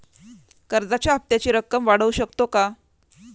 कर्जाच्या हप्त्याची रक्कम वाढवू शकतो का?